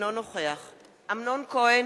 אינו נוכח אמנון כהן,